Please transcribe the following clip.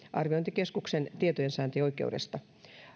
arviointikeskuksen tietojensaantioikeudesta